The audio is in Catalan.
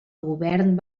govern